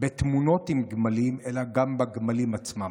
בתמונות עם גמלים אלא גם בגמלים עצמם.